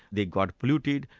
they got polluted.